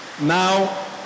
now